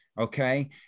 Okay